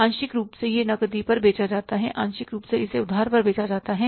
आंशिक रूप से यह नकदी पर बेचा जाता है आंशिक रूप से इसे उधार पर बेचा जाता है